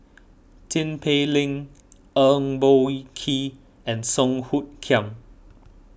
Tin Pei Ling Eng Boh Kee and Song Hoot Kiam